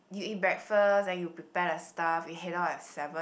you eat breakfast then you prepare the stuff you head out at seven